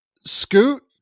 Scoot